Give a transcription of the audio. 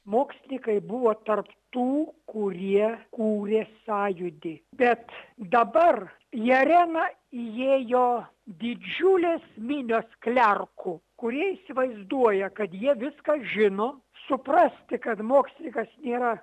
mokslininkai buvo tarp tų kurie kūrė sąjūdį bet dabar į areną įėjo didžiulės minios klerkų kurie įsivaizduoja kad jie viską žino suprasti kad mokslininkas nėra